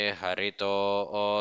harito